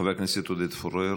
חבר הכנסת עודד פורר,